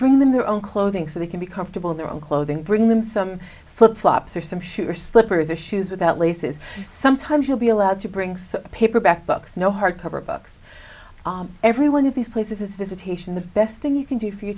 them their own clothing so they can be comfortable in their own clothing bring them some flip flops or some shoes or slippers issues with that laces sometimes you'll be allowed to bring some paperback books no hardcover books every one of these places is visitation the best thing you can do for your